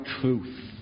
truth